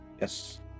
Yes